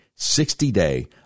60-day